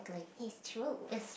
it's true